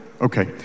Okay